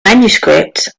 manuscripts